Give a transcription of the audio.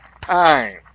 time